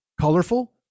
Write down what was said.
Colorful